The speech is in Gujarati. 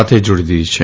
સાથે જાડી દીધી છે